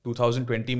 2020